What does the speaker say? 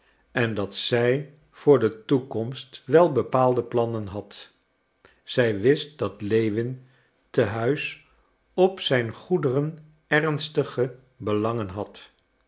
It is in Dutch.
en dat zij voor de toekomst wel bepaalde plannen had zij wist dat lewin te huis op zijn goederen ernstige belangen had